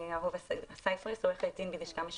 אני לובה סיפרס, עורכת דין מהלשכה המשפטית.